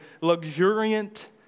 luxuriant